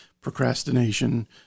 procrastination